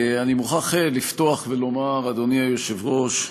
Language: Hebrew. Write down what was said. אני מוכרח לפתוח ולומר, אדוני היושב-ראש,